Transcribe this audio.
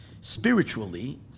Spiritually